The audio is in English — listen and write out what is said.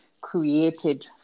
created